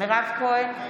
מירב כהן,